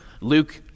Luke